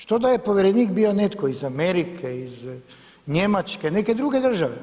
Što da je povjerenik bio netko iz Amerike, iz Njemačke, neke druge države.